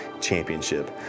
Championship